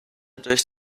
durch